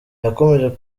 yakomoje